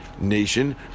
nation